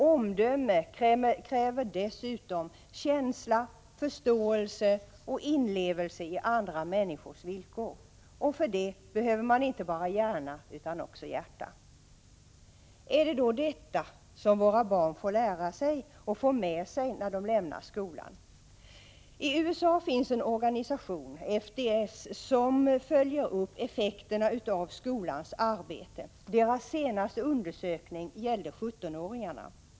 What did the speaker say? Omdöme kräver dessutom känsla, förståelse och inlevelse i andra människors villkor. Och för det behöver man inte bara hjärna utan också hjärta. Är det då detta som våra barn får lära sig och får med sig när de lämnar skolan? I USA finns en organisation, FDS, som följer upp effekterna av skolans arbete. Deras senaste undersökning gällde 17-åringarna.